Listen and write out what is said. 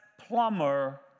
plumber